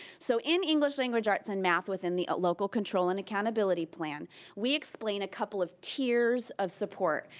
so in english language arts and math within the local control and accountability plan we explain a couple of tiers of support.